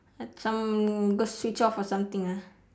like some birds switch off or something ah